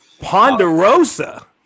Ponderosa